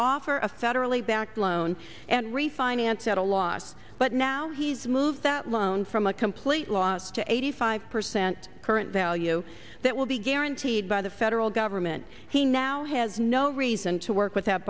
offer a federally backed loan and refinance at a loss but now he's moved that loan from a complete loss to eighty five percent current value that will be guaranteed by the federal government he now has no reason to work with